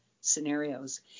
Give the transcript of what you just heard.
scenarios